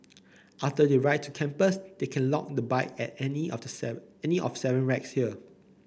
after they ride to campus they can lock the bike at any of any of seven racks there